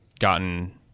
gotten